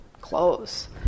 clothes